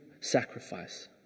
sacrifice